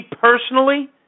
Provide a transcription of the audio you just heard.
personally